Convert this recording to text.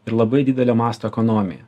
ir labai didelio masto ekonomija